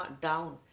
down